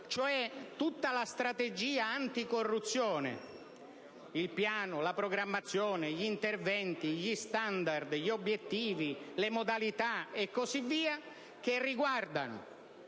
tutta la strategia anticorruzione (il Piano nazionale, la programmazione, gli interventi, gli *standard*, gli obiettivi, le modalità e così via, che riguardano